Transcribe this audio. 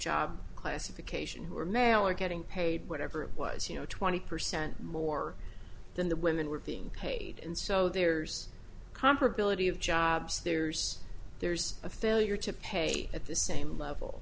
job classification who are male are getting paid whatever it was you know twenty percent more than the women were being paid and so there's comparability of jobs there's there's a failure to pay at the same level